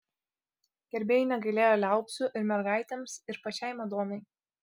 gerbėjai negailėjo liaupsių ir mergaitėms ir pačiai madonai